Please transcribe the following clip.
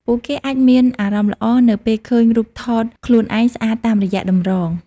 ពួកគេអាចមានអារម្មណ៍ល្អនៅពេលឃើញរូបថតខ្លួនឯងស្អាតតាមរយៈតម្រង។